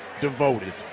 devoted